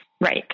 Right